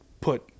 put